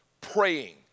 praying